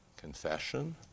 confession